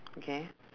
okay